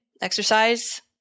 exercise